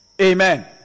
Amen